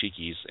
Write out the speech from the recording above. cheekies